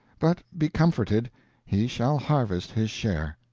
but be comforted he shall harvest his share.